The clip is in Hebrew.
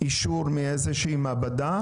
אישור מאיזושהי מעבדה,